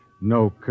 no